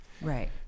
Right